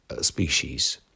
species